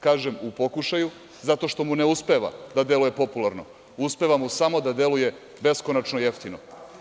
Kažem, u pokušaju, zato što mu ne uspeva da deluje popularno, uspeva mu da deluje beskonačno jeftino.